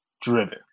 driven